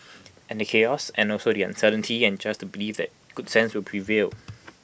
and the chaos and also the uncertainty and just to believe that good sense will prevail